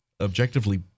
objectively